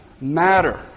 matter